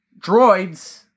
droids